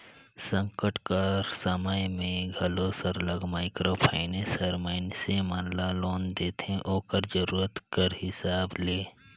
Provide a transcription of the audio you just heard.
संकट कर समे में घलो सरलग माइक्रो फाइनेंस हर मइनसे मन ल लोन देथे ओकर जरूरत कर हिसाब ले